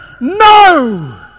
No